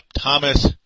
Thomas